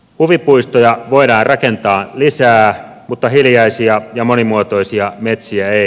huvipuistoja voidaan rakentaa lisää mutta hiljaisia ja monimuotoisia metsiä ei